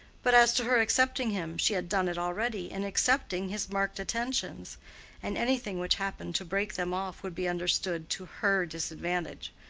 but as to her accepting him, she had done it already in accepting his marked attentions and anything which happened to break them off would be understood to her disadvantage.